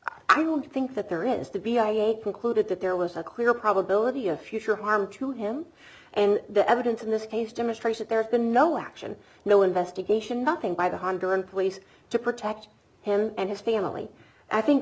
i don't think that there is to be i hate concluded that there was a clear probability of future harm to him and the evidence in this case demonstrates that there's been no action no investigation nothing by the honduran police to protect him and his family i think